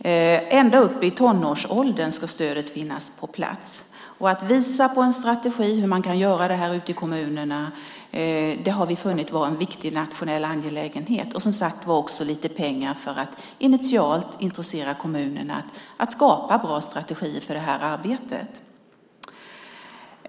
Ända upp i tonårsåldern ska stödet finnas på plats. Att visa på en strategi för hur man kan göra det här ute i kommunerna har vi funnit vara en viktig nationell angelägenhet och som sagt var också lite pengar för att initialt intressera kommunerna att skapa bra strategier för det här arbetet.